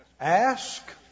Ask